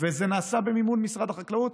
וזה נעשה במימון משרד החקלאות,